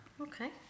Okay